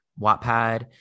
Wattpad